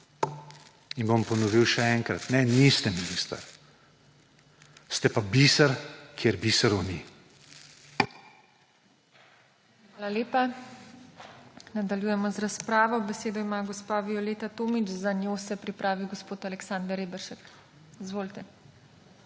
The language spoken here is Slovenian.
In bom ponovil še enkrat, ne niste minister, ste pa biser, kjer biserov ni.